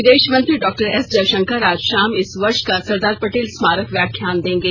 विदेश मंत्री doctor S Jaishankar आज शाम इस वर्ष का सरदार पटेल स्मारक व्याख्यान देंगे